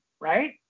right